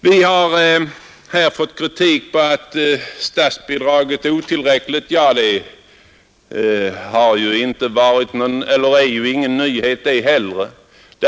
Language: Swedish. Det har också framförts kritik för att statsbidraget är otillräckligt. Ja, inte heller det är ju någon nyhet.